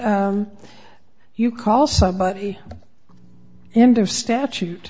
you call somebody and of statute